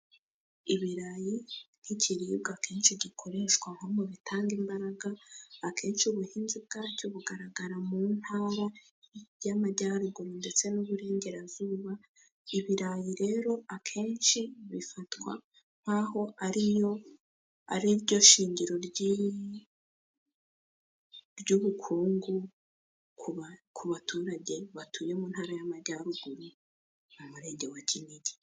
Ibirayi nk'ikiribwa akenshi gikoreshwa nko mu bitanga imbaraga akenshi ubuhinzi bwacyo bugaragara mu Ntara y'Amajyaruguru ndetse n'uburengerazuba ibirayi rero akenshi bifatwa nk'aho ari yo ari ryo shingiro ry'i ry'ubukungu ku baturage batuye mu Ntara y'Amajyaruguru mu murenge wa Kinigi.